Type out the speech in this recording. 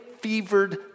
fevered